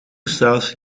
south